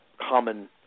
common